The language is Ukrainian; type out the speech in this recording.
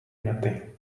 мети